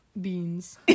beans